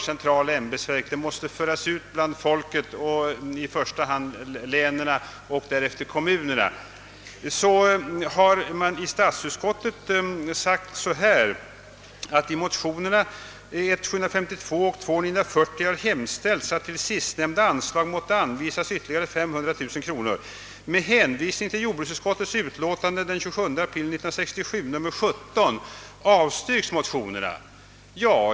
Vi motionärer anser att det inte är till fyllest med enbart ett centralt ämbetsverk; naturvården måste föras ut bland folket, i första hand till länen och därefter till kommunerna.